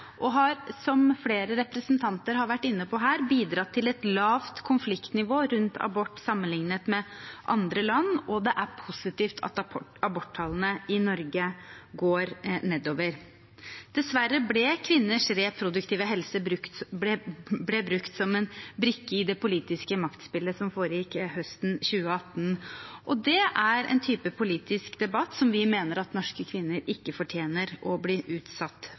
og har, som flere representanter har vært inne på her, bidratt til et lavt konfliktnivå rundt abort sammenlignet med andre land. Og det er positivt at aborttallene i Norge går nedover. Dessverre ble kvinners reproduktive helse brukt som en brikke i det politiske maktspillet som foregikk høsten 2018, og det er en type politisk debatt som vi mener norske kvinner ikke fortjener å bli utsatt